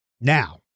Now